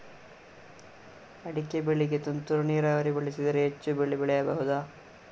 ಅಡಿಕೆ ಬೆಳೆಗೆ ತುಂತುರು ನೀರಾವರಿ ಬಳಸಿದರೆ ಹೆಚ್ಚು ಬೆಳೆ ಬೆಳೆಯಬಹುದಾ?